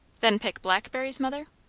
than pick blackberries, mother?